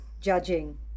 Judging